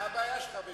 מה הבעיה שלך בזה?